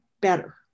better